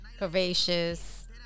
curvaceous